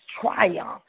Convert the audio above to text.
triumph